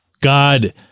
God